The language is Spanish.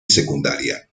secundaria